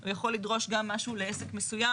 הוא יכול לדרוש גם משהו לעסק מסוים